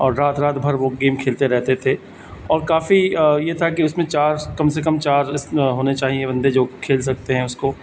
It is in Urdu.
اور رات رات بھر وہ گیم کھیلتے رہتے تھے اور کافی یہ تھا کہ اس میں چار س کم سے کم چار ہونے چاہیے بندے جو کھیل سکتے ہیں اس کو